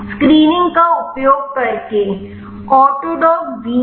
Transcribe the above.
screening का उपयोग करके ऑटोडॉक वीना का उपयोग करके